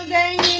a a